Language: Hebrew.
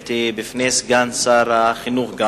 שהעליתי בפני סגן שר החינוך,